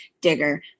digger